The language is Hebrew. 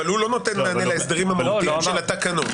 אבל הוא לא נותן מענה להסדרים המהותיים של התקנות?